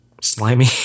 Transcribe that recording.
slimy